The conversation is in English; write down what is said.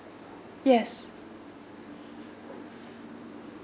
yes